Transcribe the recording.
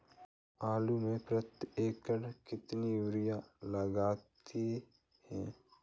आलू में प्रति एकण कितनी यूरिया लगती है?